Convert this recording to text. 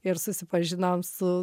ir susipažinom su